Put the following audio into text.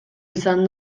izan